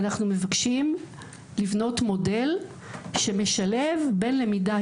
אנחנו מבקשים לבנות מודל שמשלב בין למידה